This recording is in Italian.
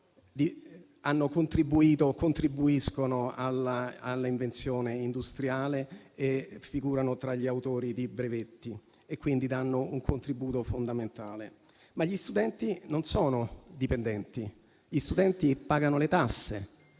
hanno contribuito o contribuiscono all'invenzione industriale e figurano tra gli autori di brevetti, dando quindi un contributo fondamentale. Gli studenti, però, non sono dipendenti: pagano le tasse,